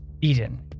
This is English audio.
Eden